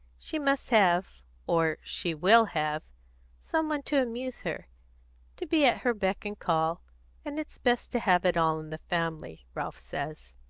she must have or she will have some one to amuse her to be at her beck and call and it's best to have it all in the family, ralph says.